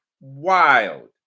wild